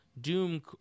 doom